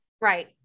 right